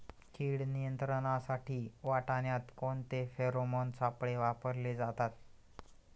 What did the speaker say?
कीड नियंत्रणासाठी वाटाण्यात कोणते फेरोमोन सापळे वापरले जातात?